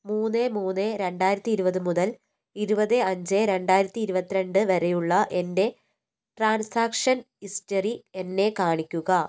മൂന്ന് മൂന്ന് രണ്ടായിരത്തി ഇരുപത് മുതൽ ഇരുപത് അഞ്ച് രണ്ടായിരത്തി ഇരുപത്തി രണ്ട് വരെയുള്ള എൻ്റെ ട്രാന്സാക്ഷന് ഹിസ്റ്ററി എന്നെ കാണിക്കുക